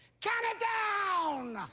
count it down!